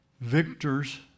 victors